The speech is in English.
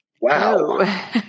wow